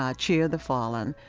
ah cheer the fallen.